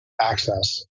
access